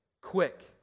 Quick